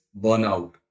burnout